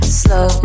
slow